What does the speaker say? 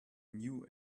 new